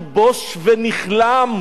אני בוש ונכלם: